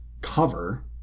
cover